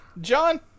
John